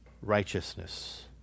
righteousness